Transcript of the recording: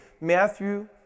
Matthew